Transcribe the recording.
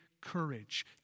courage